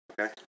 Okay